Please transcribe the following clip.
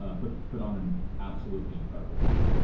ah put put on an absolutely incredible event.